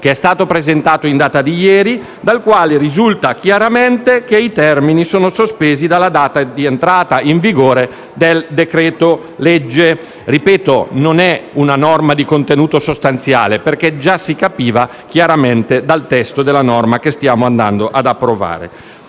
che è stato presentato in data di ieri, dal quale risulta chiaramente che i termini sono sospesi dalla data di entrata in vigore del decreto-legge. Ripeto, non è una norma di contenuto sostanziale, perché già si capiva chiaramente dal testo del provvedimento che stiamo andando ad approvare.